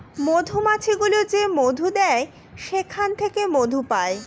মধুমাছি গুলো যে মধু দেয় সেখান থেকে মধু পায়